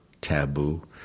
taboo